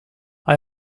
hij